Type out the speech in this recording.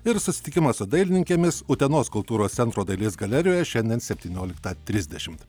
ir susitikimą su dailininkėmis utenos kultūros centro dailės galerijoje šiandien septynioliktą trisdešimt